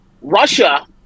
Russia